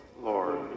Lord